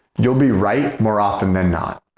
you'll be right more often than not.